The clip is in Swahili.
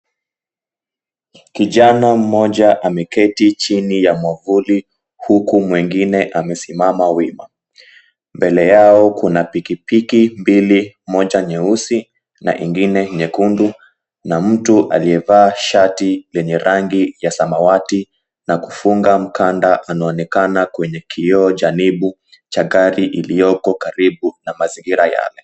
Kijana mmoja ameketi chini ya mwavuli huku mwengine amesimama wima. Mbele yao kuna pikipiki mbili moja nyeusi na ingine nyekundu na mtu aliyevaa shati lenye rangi ya samawati na kufunga mkanda anaonekakana kwenye kioo cha lebu cha gari iliyoko karibu na mazingira yale.